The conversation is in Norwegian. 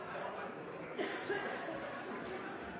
der det er en